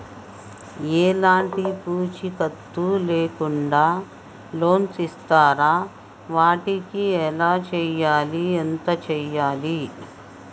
ఎలాంటి పూచీకత్తు లేకుండా లోన్స్ ఇస్తారా వాటికి ఎలా చేయాలి ఎంత చేయాలి?